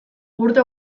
urte